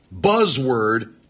buzzword